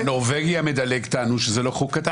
"הנורבגי המדלג", טענו שזה לא חוקתי.